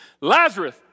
Lazarus